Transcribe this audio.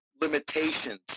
limitations